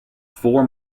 four